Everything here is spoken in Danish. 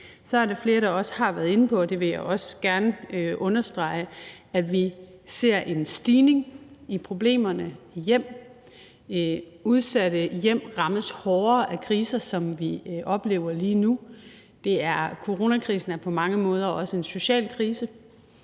Så er der flere, der også har været inde på, og det vil jeg også gerne understrege, at vi ser en stigning i problemerne i hjem. Udsatte hjem rammes hårdere af kriser, som vi oplever lige nu. Coronakrisen er på mange måder også en social krise.